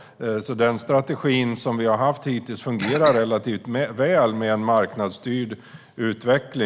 Vår strategi med marknadsstyrd utveckling fungerar hittills relativt väl.